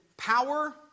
Power